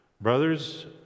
Brothers